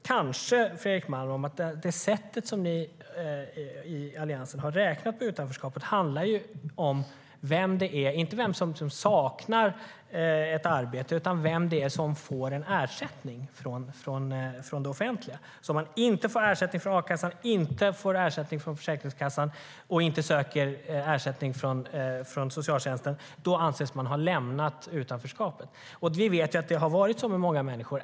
Fredrik Malm vet, kanske, att det sätt på vilket Alliansen räknar utanförskapet inte handlar om vem som saknar ett arbete utan om vem det är som får ersättning från det offentliga. Om man inte får ersättning från a-kassan, inte får ersättning från Försäkringskassan och inte söker ersättning från socialtjänsten då anses man ha lämnat utanförskapet. Vi vet att det varit så för många människor.